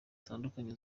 zitandukanye